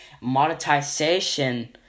monetization